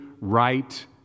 right